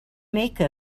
make